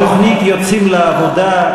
התוכנית "יוצאים לעבודה"